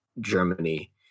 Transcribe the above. Germany